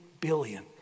billion